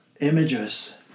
images